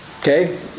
Okay